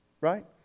right